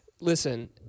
Listen